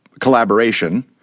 collaboration